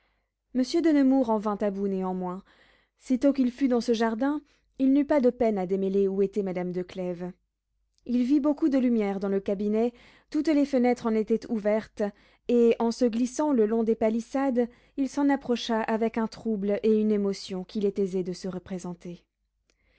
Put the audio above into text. monsieur de nemours en vint à bout néanmoins sitôt qu'il fut dans ce jardin il n'eut pas de peine à démêler où était madame de clèves il vit beaucoup de lumières dans le cabinet toutes les fenêtres en étaient ouvertes et en se glissant le long des palissades il s'en approcha avec un trouble et une émotion qu'il est aisé de se représenter